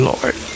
Lord